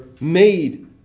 made